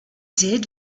did